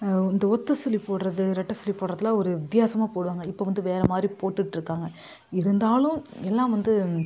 இந்த ஒற்ற சுழி போடுறது ரெட்டை சுழி போடுறதுலாம் ஒரு வித்தியாசமா போடுவாங்க இப்போ வந்து வேறு மாதிரி போட்டுகிட்ருக்காங்க இருந்தாலும் எல்லாம் வந்து